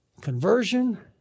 conversion